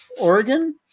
Oregon